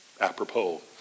apropos